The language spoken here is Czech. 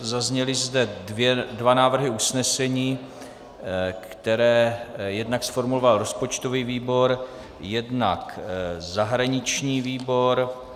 Zazněly zde dva návrhy usnesení, které jednak zformuloval rozpočtový výbor, jednak zahraniční výbor.